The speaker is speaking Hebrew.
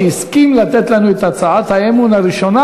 שהסכים לתת לנו את הצעת האי-אמון הראשונה,